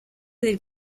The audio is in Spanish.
del